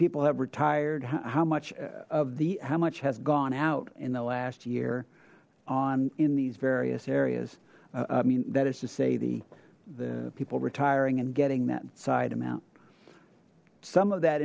people have retired how much of the how much has gone out in the last year on in these various areas i mean that is to say the the people retiring and getting that side amount some of that